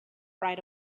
right